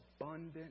abundant